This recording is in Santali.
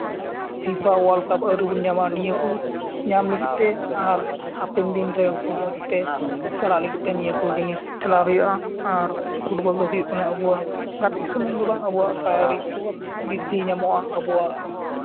ᱯᱷᱤᱯᱟ ᱳᱟᱨᱞᱰ ᱠᱟᱯ ᱟᱹᱣᱨᱤ ᱵᱚᱱ ᱧᱟᱢᱟ ᱱᱤᱭᱟᱹ ᱠᱩ ᱧᱟᱢ ᱞᱟᱹᱜᱤᱫ ᱛᱮ ᱟᱨ ᱦᱟᱯᱮᱱ ᱫᱤᱱᱨᱮ ᱢᱚᱡᱽ ᱛᱮ ᱪᱟᱞᱟᱜ ᱞᱟᱹᱜᱤᱫ ᱛᱮ ᱱᱤᱭᱟᱹ ᱠᱚ ᱡᱤᱱᱤᱥ ᱦᱩᱭᱩᱜᱼᱟ ᱟᱨ ᱯᱷᱩᱴᱵᱚᱞ ᱫᱚ ᱦᱩᱭᱩᱜ ᱠᱟᱱᱟ ᱟᱵᱚᱣᱟᱜ ᱜᱟᱛᱮᱜ ᱥᱩᱢᱩᱱ ᱫᱚ ᱵᱟᱝ ᱟᱵᱚᱣᱟᱜ ᱥᱟᱨᱤᱨᱤᱠ ᱵᱨᱤᱫᱫᱷᱤ ᱧᱟᱢᱚᱜᱼᱟ ᱟᱵᱚᱣᱟᱜ